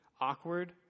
awkward